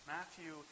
Matthew